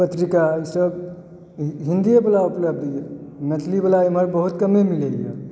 पत्रिका सब हिन्दीए वला उपलब्ध यऽ मैथिलीवला एम्हर बहुत कमे मिलैए